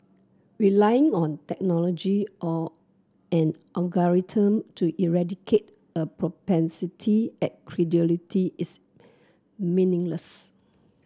relying on technology or an algorithm to eradicate a propensity at credulity is meaningless